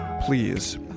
please